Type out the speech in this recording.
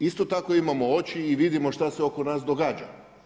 Mi isto tako imamo oči i vidimo šta se oko nas događa.